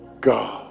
God